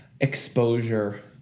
exposure